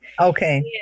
Okay